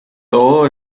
todo